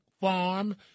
farm